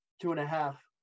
two-and-a-half